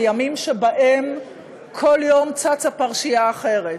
בימים שבהם כל יום צצה פרשייה אחרת,